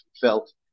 felt